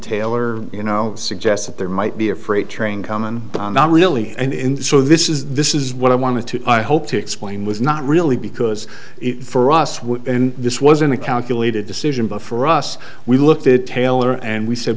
taylor you know suggests that there might be a freight train coming but not really and so this is this is what i want to i hope to explain was not really because for us what this wasn't a calculated decision but for us we looked at taylor and we said